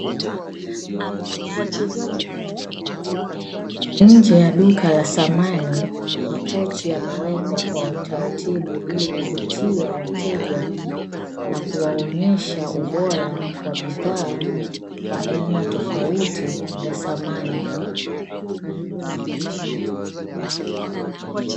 Nje ya duka la samani makochi yamewekwa kwa utaratibu, ili kuvutia wateja, na kuwaonyesha ubora wa bidhaa wa aina tofauti za samani.